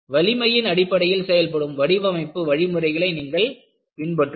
வலிமையின் அடிப்படையில் செயல்படும் வடிவமைப்பு வழிமுறைகளை நீங்கள் பின்பற்றுங்கள்